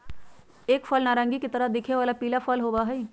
एक फल नारंगी के तरह दिखे वाला पीला फल होबा हई